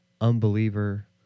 unbeliever